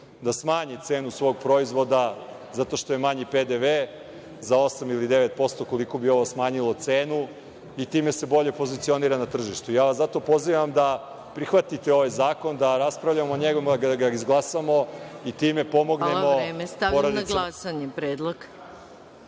da smanji cenu svog proizvoda zato što je manji PDV za 8% ili 9% koliko bi to smanjilo cenu i time se bolje pozicionira na tržištu. Zato vas pozivam da prihvatite ovaj zakon, da raspravljamo o njemu, da ga izglasamo i time pomognemo porodicama. **Maja Gojković** Hvala